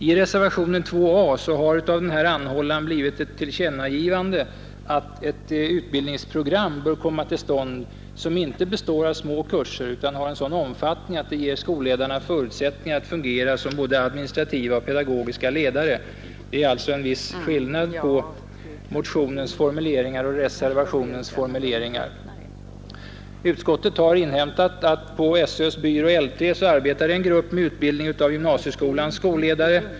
I reservationen 2 a har av denna anhållan blivit ett tillkännagivande att ett utbildningsprogram bör komma till stånd, som inte består av små kurser utan har en sådan omfattning att det ger skolledarna förutsättningar att fungera som både administrativa och pedagogiska ledare. Det är alltså en viss skillnad på motionens och reservationens formuleringar. Utskottet har inhämtat att på SÖ:s byrå L 3 arbetar en grupp med utbildning av gymnasieskolans skolledare.